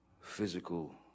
physical